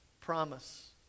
promise